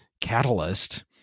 catalyst